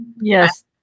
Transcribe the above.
yes